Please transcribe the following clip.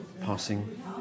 passing